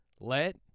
Let